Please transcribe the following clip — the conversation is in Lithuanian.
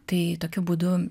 tai tokiu būdu